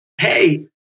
hey